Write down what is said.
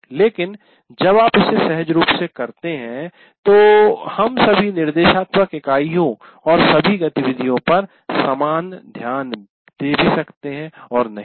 लेकिन जब आप इसे सहज रूप से करते हैं तो हम सभी निर्देशात्मक इकाइयों और सभी गतिविधियों पर समान ध्यान दे भी सकते हैं और नहीं भी